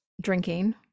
drinking